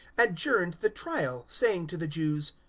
adjourned the trial, saying to the jews,